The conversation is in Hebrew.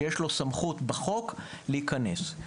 שיש לו סמכות בחוק להיכנס.